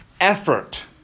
effort